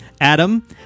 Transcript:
adam